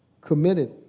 committed